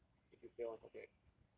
I think is if you fail one subject